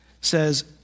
says